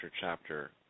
chapter